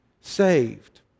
saved